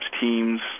teams